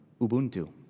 Ubuntu